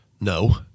No